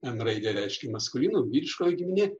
m raidė reiškia maskulinum vyriškoji giminė